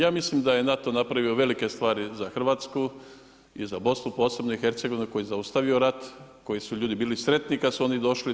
Ja mislim da je NATO napravio velike stvari za Hrvatsku i za Bosnu posebno i Hercegovinu koji je zaustavio rat, koji su ljudi bili sretni kad su oni došli.